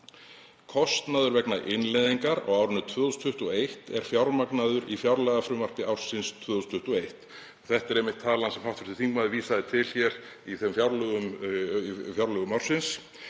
„Kostnaður vegna innleiðingar á árinu 2021 er fjármagnaður í fjárlagafrumvarpi ársins 2021.“ — Þetta er einmitt talan sem hv. þingmaður vísaði til hér í fjárlögum ársins.